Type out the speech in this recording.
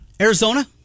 Arizona